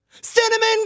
Cinnamon